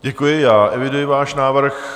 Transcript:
Děkuji, eviduji váš návrh.